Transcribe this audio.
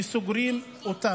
סוגרים אותם.